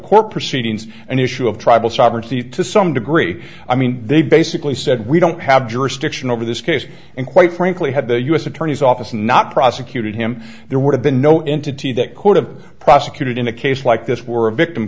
court proceedings an issue of tribal sovereignty to some degree i mean they basically said we don't have jurisdiction over this case and quite frankly had the u s attorney's office not prosecuted him there would have been no entity that could have prosecuted in a case like this were a victim